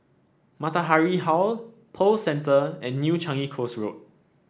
Matahari Hall Pearl Centre and New Changi Coast Road